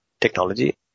technology